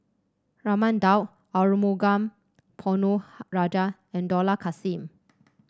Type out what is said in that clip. Raman Daud Arumugam Ponnu Rajah and Dollah Kassim